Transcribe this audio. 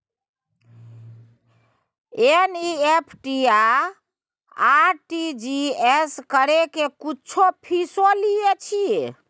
NEFT आ RTGS करै के कुछो फीसो लय छियै?